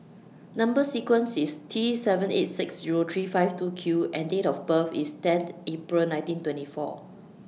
Number sequence IS T seven eight six Zero three five two Q and Date of birth IS tenth April nineteen twenty four